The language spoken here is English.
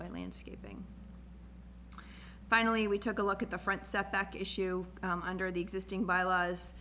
by landscaping finally we took a look at the front step back issue under the existing by l